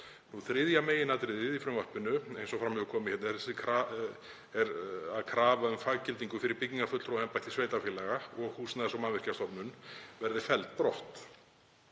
Þriðja meginatriðið í frumvarpinu, eins og fram hefur komið hérna, er að krafa um faggildingu fyrir byggingarfulltrúaembætti sveitarfélaga og Húsnæðis- og mannvirkjastofnun verði felld brott.